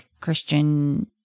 Christian